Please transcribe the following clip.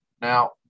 Now